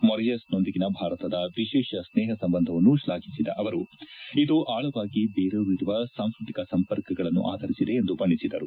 ಮಾರಿಷಸ್ನೊಂದಿಗಿನ ಭಾರತದ ವಿಶೇಷ ಸ್ನೇಹ ಸಂಬಂಧವನ್ನು ಶ್ಲಾಘಿಸಿದ ಅವರು ಇದು ಆಳವಾಗಿ ಬೇರೂರಿರುವ ಸಾಂಸ್ಟ್ರತಿಕ ಸಂಪರ್ಕಗಳನ್ನು ಆಧರಿಸಿದೆ ಎಂದು ಬಣ್ಣಿಸಿದರು